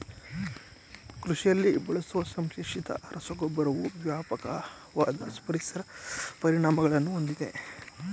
ಕೃಷಿಯಲ್ಲಿ ಬಳಸುವ ಸಂಶ್ಲೇಷಿತ ರಸಗೊಬ್ಬರವು ವ್ಯಾಪಕವಾದ ಪರಿಸರ ಪರಿಣಾಮಗಳನ್ನು ಹೊಂದಿದೆ